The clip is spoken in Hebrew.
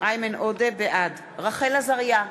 רחל עזריה,